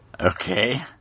Okay